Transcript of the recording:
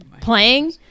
playing